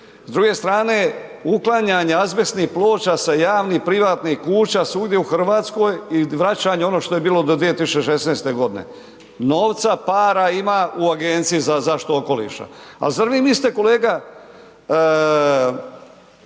S druge strane uklanjanje azbestnih ploča sa javnih privatnih kuća svugdje u Hrvatskoj i vraćanje ono što je bilo do 2016 godine. Novca, para ima u Agenciji za zaštitu okoliša, a zar vi smislite kolega